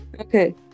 okay